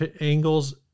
angles